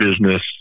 business